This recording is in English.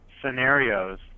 scenarios